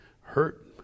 hurt